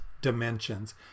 dimensions